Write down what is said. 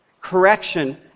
Correction